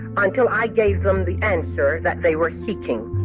until i gave them the answer that they were seeking